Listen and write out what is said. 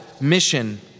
mission